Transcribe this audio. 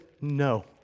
no